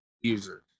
users